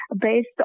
based